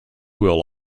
will